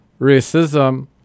racism